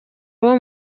abo